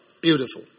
Beautiful